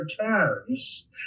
returns